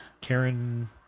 Karen